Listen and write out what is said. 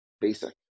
basic